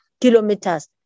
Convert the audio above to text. kilometers